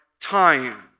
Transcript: time